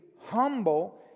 humble